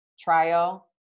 trial